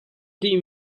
dih